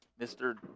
Mr